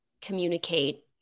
communicate